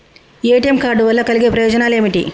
ATM card వల్ల కలిగే ప్రయోజనాలు ఏమిటి?